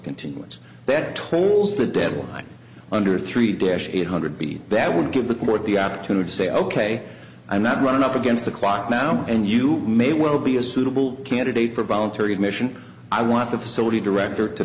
continuance that tolls the deadline under three dash eight hundred b that would give the court the opportunity to say ok i'm not running up against the clock now and you may well be a suitable candidate for voluntary admission i want the facility director to